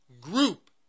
group